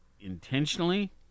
intentionally